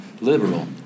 liberal